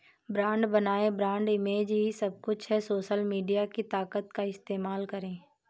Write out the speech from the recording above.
brand बनाएं, brand image ही सब कुछ है, सोशल मीडिया की ताकत का इस्तेमाल करें